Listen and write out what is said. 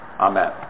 Amen